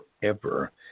forever